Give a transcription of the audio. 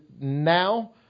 now